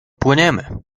płyniemy